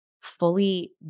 fully